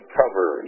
cover